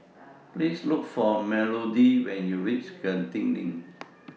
Please Look For Melodee when YOU REACH Genting LINK